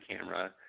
camera –